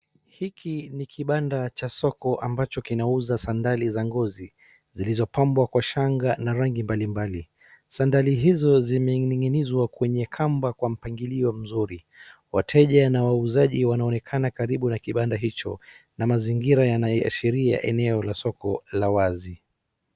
Hiki ni kibanda cha soko ambacho kinauza sandari za ngozo zilizopambwa kwa shanga na rangi mbali mbali. Sandari hizo zimening'inizwa kwenye kamba kwa mpangilio mzuri. Wateja na wauzaji wanaonekana karibu na kibanda hicho na mazingira yanayoashiria eneo la soko la wazi.